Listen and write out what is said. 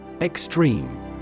Extreme